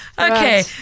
Okay